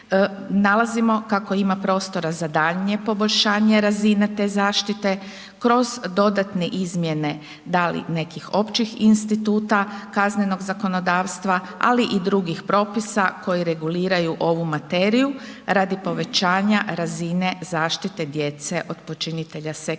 nalazimo kako ima prostora za daljnje poboljšanje razine te zaštite kroz dodatne izmjene da li nekih općih instituta kaznenog zakonodavstva ali i drugih propisa koji reguliraju ovu materiju radi povećanja razine zaštite djece od počinitelja seksualnih